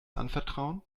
anvertrauen